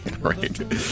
right